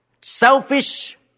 selfish